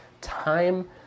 time